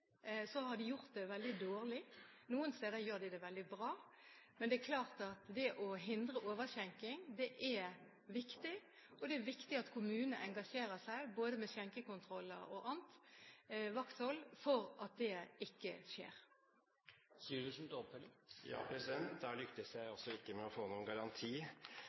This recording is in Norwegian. har de gjort det veldig dårlig – noen steder gjør de det veldig bra. Det er klart at det å hindre overskjenking er viktig, og det er viktig at kommunene engasjerer seg ved både skjenkekontroller og annet vakthold for at det ikke skjer. Da lyktes jeg altså ikke med å få noen garanti